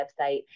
website